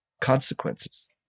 consequences